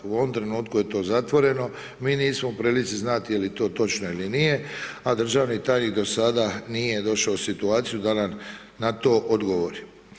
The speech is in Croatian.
U ovom trenutku je to zatvoreno, mi nismo u prilici znati je li to točno ili nije, a državni tajnik do sada nije došao u situaciju da nam na to odgovori.